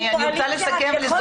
אין קואליציה ואין אופוזיציה.